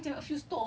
so food court lah